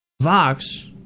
Vox